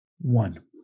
One